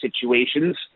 situations